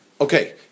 Okay